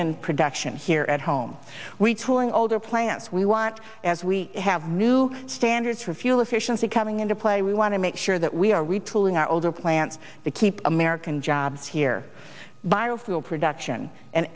in production here at home retooling older plants we want as we have new standards for fuel efficiency coming into play we want to make sure that we are retooling our older plants to keep american jobs here biofuel production and